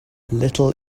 little